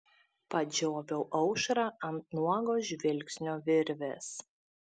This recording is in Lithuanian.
padžioviau aušrą ant nuogo žvilgsnio virvės